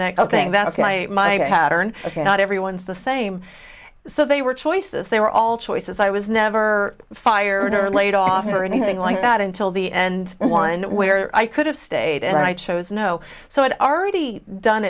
next thing that is why my pattern not everyone's the same so they were choices they were all choices i was never fired or laid off or anything like that until the end the one where i could have stayed and i chose no so i'd already done